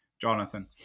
Jonathan